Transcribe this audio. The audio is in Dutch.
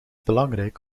belangrijk